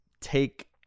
take